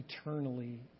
eternally